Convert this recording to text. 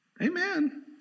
Amen